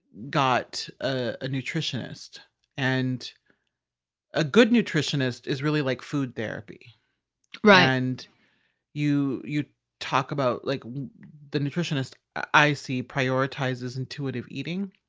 got a nutritionist and a good nutritionist is really like food therapy right and you you talk about, like the nutritionist i see prioritizes intuitive eating